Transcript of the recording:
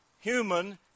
human